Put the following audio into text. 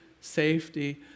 safety